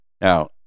Now